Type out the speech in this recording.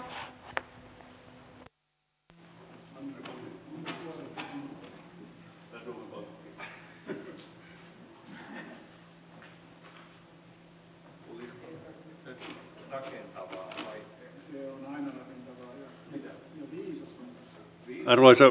suomen pankkiin täällä on viitattu